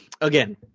again